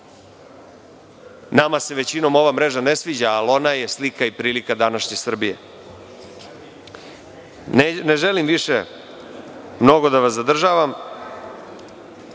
Nama se većinom ova mreža ne sviđa, ali ona je slika i prilika današnje Srbije. Ne želim više mnogo da vas zadržavam,